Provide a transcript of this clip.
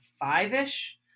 five-ish